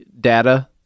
data